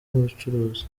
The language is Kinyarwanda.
ubucuruzi